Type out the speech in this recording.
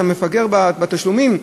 אתה מפגר בתשלומים,